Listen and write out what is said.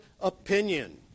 opinion